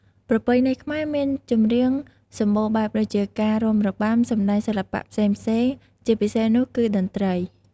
ប្រពៃណីខ្មែរមានចម្រៀងសម្បូរបែបដូចជាការរាំរបាំ សម្តែងសិល្បៈផ្សេងៗ ជាពិសេសនោះគឺតន្រ្តី។